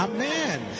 Amen